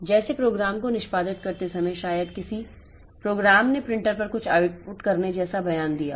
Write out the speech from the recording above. जैसे प्रोग्राम को निष्पादित करते समय शायद किसी प्रोग्राम ने प्रिंटर पर कुछ आउटपुट करने जैसा बयान दिया हो